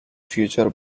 future